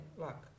luck